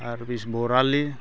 বৰালি